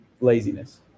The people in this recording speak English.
Laziness